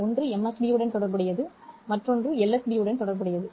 ஒன்று MSB உடன் தொடர்புடையது மற்றும் LSB உடன் தொடர்புடையது